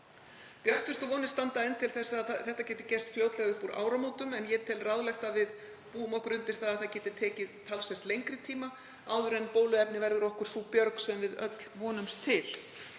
Björtustu vonir standa enn til að það geti gerst fljótlega upp úr áramótum en ég tel ráðlegt að við búum okkur undir það að liðið geti talsvert lengri tími áður en bóluefni verður okkur sú björg sem við öll vonumst til.